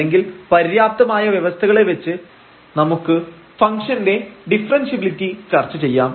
അല്ലെങ്കിൽ പര്യാപ്തമായ വ്യവസ്ഥകളെ വെച്ച് നമുക്ക് ഫംഗ്ഷൻറെ ഡിഫറെൻഷ്യബിലിറ്റി ചർച്ച ചെയ്യാം